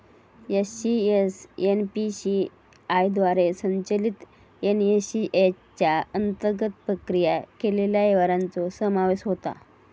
ECS NPCI द्वारे संचलित NACH च्या अंतर्गत प्रक्रिया केलेल्या व्यवहारांचो समावेश होता